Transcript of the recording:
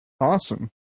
awesome